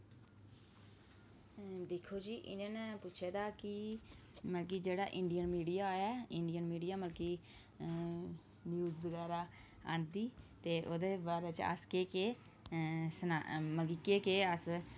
दिक्खो जी इ'नें पुच्छे दा कि मतलब कि जेह्ड़ा इंडियन मीडिया ऐ इंडियन मीडिया मतलब कि न्यूज बगैरा औंदे ते ओह्दे बारे च अस केह् केह् मतलब कि केह् केह् अस